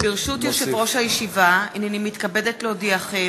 ברשות יושב-ראש הישיבה, הנני מתכבדת להודיעכם,